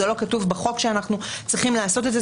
זה לא כתוב בחוק שאנחנו צריכים לעשות את זה,